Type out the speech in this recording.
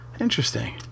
Interesting